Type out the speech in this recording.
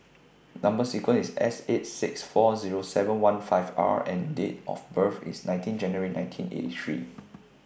Number sequence IS S eight six four Zero seven one five R and Date of birth IS nineteen January nineteen eighty three